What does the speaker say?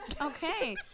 Okay